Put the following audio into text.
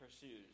pursues